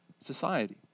society